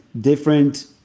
different